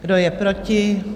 Kdo je proti?